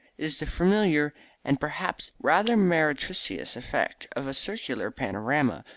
it is the familiar and perhaps rather meretricious effect of a circular panorama,